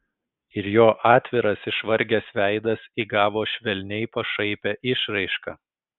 ir jo atviras išvargęs veidas įgavo švelniai pašaipią išraišką